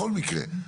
בכל מקרה,